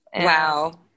Wow